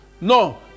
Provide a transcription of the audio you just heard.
No